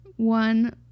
One